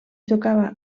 tocava